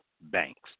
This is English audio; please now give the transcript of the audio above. Banks